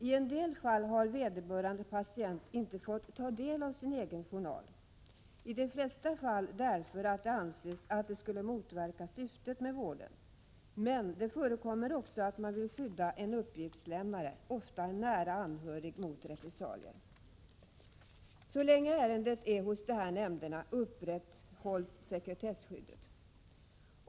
I en del fall har vederbörande patient inte fått ta del av sin egen journal, mestadels därför att det anses att det skulle motverka syftet med vården, men det förekommer också att man vill skydda en uppgiftslämnare, ofta en nära anhörig, mot repressalier. Så länge ärendet finns hos de här nämnderna upprätthålls sekretesskyddet.